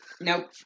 Nope